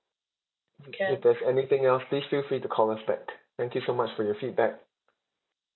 if there's anything else please feel free to call us back thank you so much for your feedback